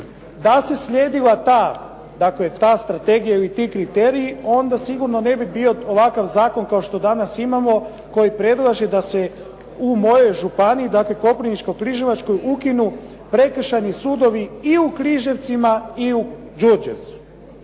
Da se slijedila ta strategija ili ti kriteriji onda sigurno ne bi bio ovakav zakon kao što danas imamo koji predlaže da se u mojoj županiji dakle Koprivničko-križevačkoj ukinu prekršajni sudovi i u Križevcima i u Đurđevcu.